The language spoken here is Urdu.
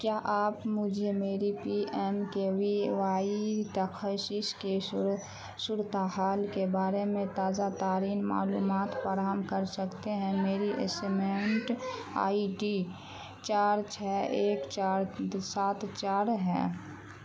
کیا آپ مجھے میری P M K V Y تخصیص کی صورتحال کے بارے میں تازہ ترین معلومات فراہم کر سکتے ہیں میری اسمنٹ آئی ڈی چار چھ ایک چار سات چاڑ ہے